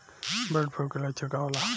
Bird flu के लक्षण का होला?